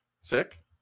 sick